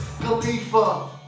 Khalifa